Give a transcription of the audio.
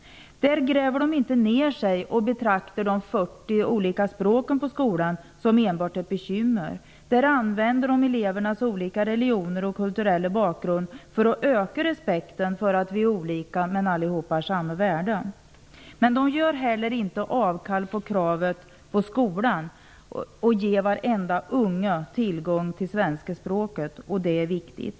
Där gräver man inte ner sig och betraktar de 40 olika språken på skolan enbart som ett bekymmer. Där används elevernas olika religioner och kulturella bakgrund till att öka respekten för att vi är olika, även om vi alla har samma värde. De gör inte avkall på kravet på skolan att ge varenda unge tillgång till svenska språket, och det är viktigt.